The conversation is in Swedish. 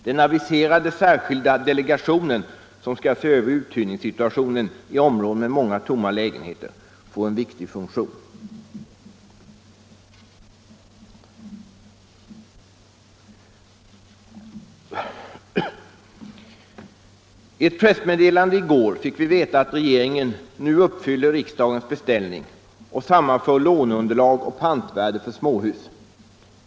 Den aviserade särskilda delegation som skall se över uthyrningssituationen i områden med många tomma lägenheter får en viktig funktion. I ett pressmeddelande i går kväll fick vi veta att regeringen nu uppfyller riksdagens beställning och sammanför låneunderlag och pantvärde för småhus.